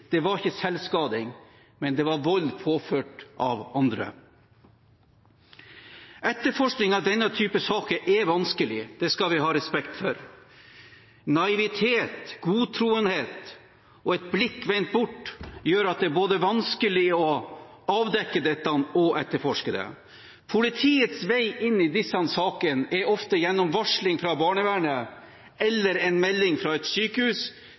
ikke var selvskading, men vold påført av andre. Etterforskning av denne typen saker er vanskelig, det skal vi ha respekt for. Naivitet, godtroenhet og et blikk vendt bort gjør at det er vanskelig både å avdekke dette og etterforske det. Politiets vei inn i disse sakene er ofte gjennom varsling fra barnevernet eller en melding fra et sykehus,